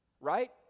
Right